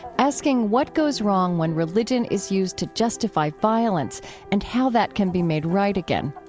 asking what goes wrong when religion is used to justify violence and how that can be made right again.